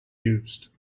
used